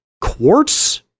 Quartz